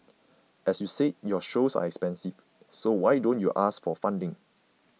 as you said your shows are expensive so why don't you ask for funding